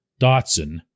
Dotson